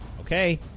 Okay